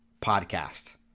podcast